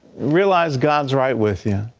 realize god's right with ya,